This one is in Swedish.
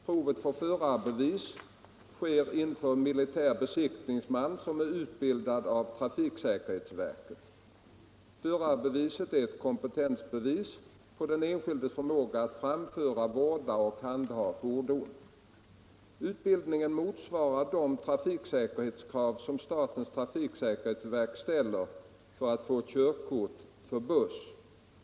Provet för Torsdagen den förarbevis sker inför militär besiktningsman som är utbildad av trafik 20 februari 1975 säkerhetsverket. Förarbeviset är ett kompetensbevis på den enskildes för: måga att framföra, vårda och handha fordonet. Om utbildningen för Utbildningen motsvarar de trafiksäkerhetskrav som statens trafiksä — erhållande av kerhetsverk ställer för att få körkort för buss .